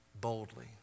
boldly